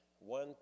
One